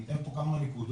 אני אתן פה כמה נקודות,